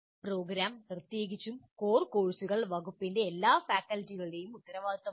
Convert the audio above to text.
programme പ്രത്യേകിച്ച് core കോഴ്സുകൾ വകുപ്പിന്റെ എല്ലാ ഫാക്കൽറ്റികളുടെയും ഉത്തരവാദിത്തമാണ്